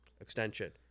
extension